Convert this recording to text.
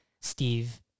Steve